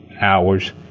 hours